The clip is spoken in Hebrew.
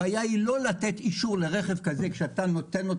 הבעיה היא לא לתת אישור לרכב כזה בתנאי